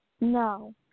No